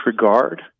disregard